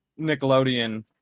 nickelodeon